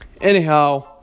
anyhow